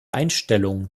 einstellung